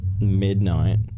midnight